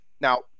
Now